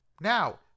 Now